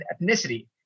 ethnicity